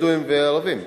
בדואים וערבים.